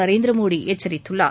நரேந்திர மோடி எச்சரித்துள்ளார்